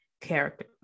character